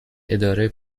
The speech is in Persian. اداره